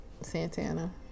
Santana